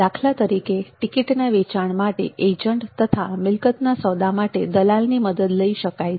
દાખલા તરીકે ટિકિટના વેચાણ માટે એજન્ટ તથા મિલકતના સોદા માટે દલાલની મદદ લઈ શકાય છે